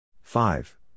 five